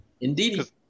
Indeed